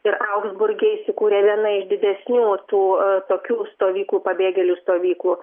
ir augsburge įsikūrė viena iš didesnių tų tokių stovyklų pabėgėlių stovyklų